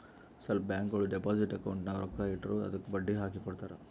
ಸ್ವಲ್ಪ ಬ್ಯಾಂಕ್ಗೋಳು deposit account ನಾಗ್ ರೊಕ್ಕಾ ಇಟ್ಟುರ್ ಅದ್ದುಕ ಬಡ್ಡಿ ಹಾಕಿ ಕೊಡ್ತಾರ್